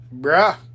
Bruh